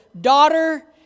daughter